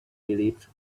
believed